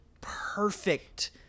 perfect